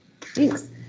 Thanks